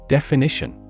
Definition